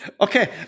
Okay